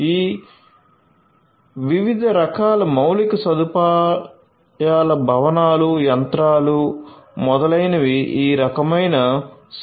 ఈ వివిధ రకాల మౌలిక సదుపాయాల భవనాలు యంత్రాలు మొదలైనవి ఈ రకమైన సౌకర్యాలు